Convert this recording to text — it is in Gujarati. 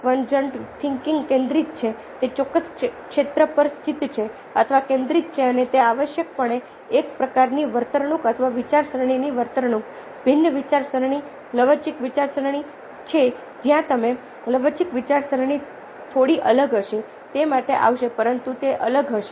કન્વર્જન્ટ થિંકિંગ કેન્દ્રિત છે તે ચોક્કસ ક્ષેત્ર પર સ્થિત છે અથવા કેન્દ્રિત છે અને તે આવશ્યકપણે એક પ્રકારની વર્તણૂક અથવા વિચારસરણીની વર્તણૂક ભિન્ન વિચારસરણી લવચીક વિચારસરણી છે જ્યાં તમે લવચીક વિચારસરણી થોડી અલગ હશે તે માટે આવશે પરંતુ તે અલગ હશે